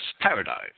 paradise